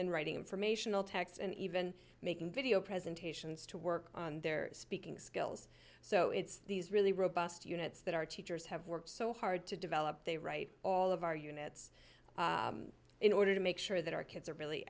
then writing informational texts and even making video presentations to work on their speaking skills so it's these really robust units that our teachers have worked so hard to develop they write all of our units in order to make sure that our kids are really